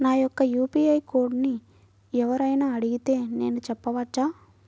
నా యొక్క యూ.పీ.ఐ కోడ్ని ఎవరు అయినా అడిగితే నేను చెప్పవచ్చా?